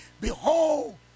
Behold